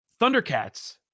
Thundercats